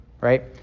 right